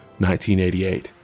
1988